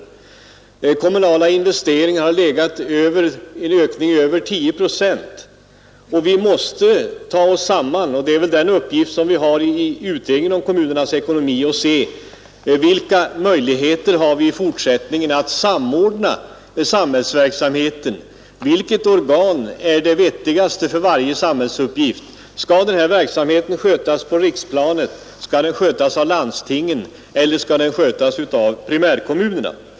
Ökningen av kommunala investeringar har varit över 10 procent, och det gäller nu — det är väl den uppgift bl.a. utredningen om kommunernas ekonomi har — att se efter vilka möjligheter som finns att i fortsättningen samordna samhällsverksamheten, vilket organ som är det mest ändåmålsenliga för varje samhällsuppgift. Skall en viss verksamhet skötas på riksplanet, av landstingen eller av primärkommunerna?